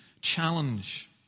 challenge